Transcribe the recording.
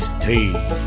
tea